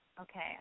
Okay